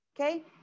okay